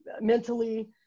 mentally